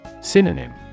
Synonym